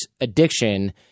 addiction